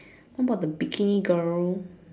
what about the bikini girl